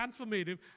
transformative